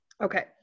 Okay